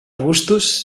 gustos